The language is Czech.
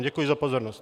Děkuji za pozornost.